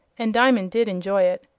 and diamond did enjoy it.